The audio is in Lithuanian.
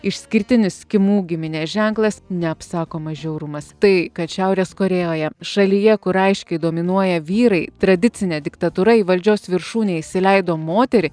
išskirtinis kimų giminės ženklas neapsakomas žiaurumas tai kad šiaurės korėjoje šalyje kur aiškiai dominuoja vyrai tradicine diktatūra į valdžios viršūnę įsileido moterį